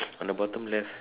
on the bottom left